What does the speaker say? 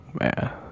man